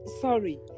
sorry